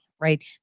right